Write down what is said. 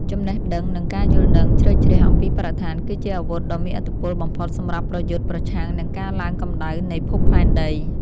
ចំណេះដឹងនិងការយល់ដឹងជ្រៅជ្រះអំពីបរិស្ថានគឺជាអាវុធដ៏មានឥទ្ធិពលបំផុតសម្រាប់ប្រយុទ្ធប្រឆាំងនឹងការឡើងកម្ដៅនៃភពផែនដី។